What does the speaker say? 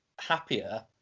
happier